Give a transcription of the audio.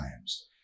times